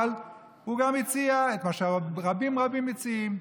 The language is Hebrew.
אבל הוא גם הציע את מה שרבים מציעים: